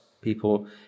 People